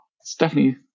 Stephanie